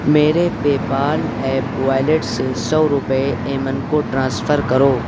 میرے PayPal app wallet سے سو روپئے ایمن کو ٹرانسفر کرو